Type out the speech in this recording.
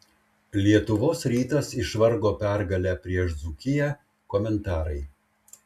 lietuvos rytas išvargo pergalę prieš dzūkiją komentarai